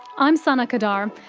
i'm sana qadar.